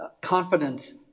confidence